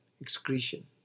excretion